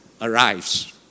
arrives